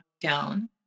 down